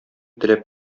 теләп